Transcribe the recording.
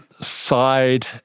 side